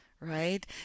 right